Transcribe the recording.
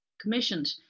commissioned